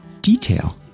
detail